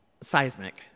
Seismic